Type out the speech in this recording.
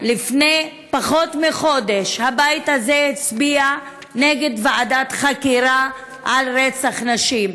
לפני פחות מחודש הבית הזה הצביע נגד ועדת חקירה על רצח נשים.